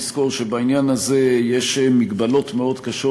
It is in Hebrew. לזכור שבעניין הזה יש מגבלות מאוד קשות,